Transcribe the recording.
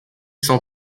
cent